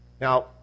Now